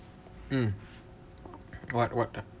mm what what ah